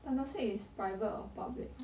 tan tock seng is private or public ah